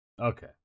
Okay